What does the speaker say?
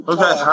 Okay